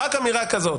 רק אמירה כזאת.